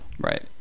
Right